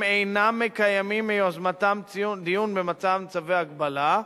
אינם מקיימים מיוזמתם דיון במתן צווי הגבלה,